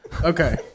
Okay